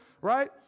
right